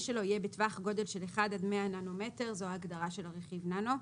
שלו יהיה בטווח גודל של 1 עד 100 ננומטר" זו ההגדרה של רכיב ננו.